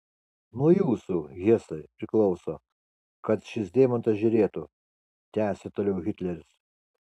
nuo jūsų hesai priklauso kad šis deimantas žėrėtų tęsė toliau hitleris